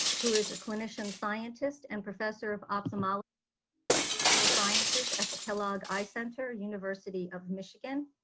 who is a clinician scientist and professor of ophthalmology and visual sciences at the kellogg eye center university of michigan.